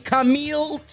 Camille